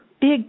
big